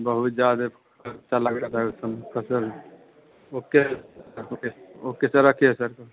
बहुत ज़्यादा खर्चा लग जाता है उस सबमें फ़सल ओ के सर ओ के सर रखिए सर तो